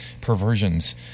perversions